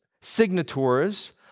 signatories